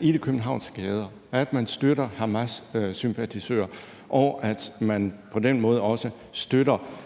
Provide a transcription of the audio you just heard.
i de københavnske gader, at man støtter hamassympatisører, og at man på den måde også støtter